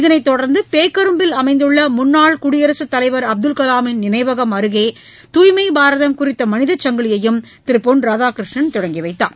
இதனைத் தொடர்ந்துபேக்கரும்பில் அமைந்துள்ளமுன்னாள் குடியரசுத் தலைவர் அப்துல்கலாமின் நினைவகம் அருகேதாய்மைபாரதம் குறித்தமனித சங்கிலியையும் திருபொன் ராதாகிருஷ்ணன் தொடங்கிவைத்தார்